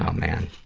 um man.